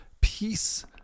peace